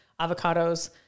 avocados